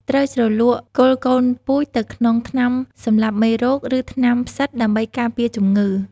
ត្រូវជ្រលក់គល់កូនពូជទៅក្នុងថ្នាំសម្លាប់មេរោគ ឬថ្នាំផ្សិតដើម្បីការពារជំងឺ។